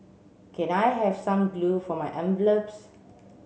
can I have some glue for my envelopes